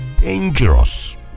dangerous